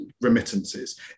remittances